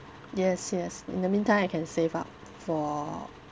yes yes in the meantime I can save up for